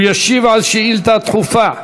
הוא ישיב על שאילתה דחופה מס'